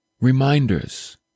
reminders